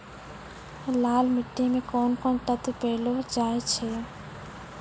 लाल मिट्टी मे कोंन कोंन तत्व पैलो जाय छै?